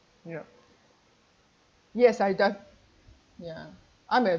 yup yes I've d~ ya I'm uh